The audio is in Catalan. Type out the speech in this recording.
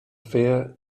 fer